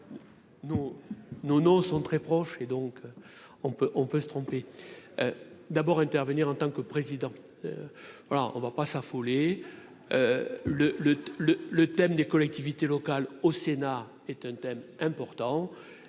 nos nos sont très proches et donc on peut, on peut se tromper d'abord intervenir en tant que président, alors on ne va pas s'affoler le le le le thème des collectivités locales au Sénat est un thème important